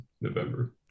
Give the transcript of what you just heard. November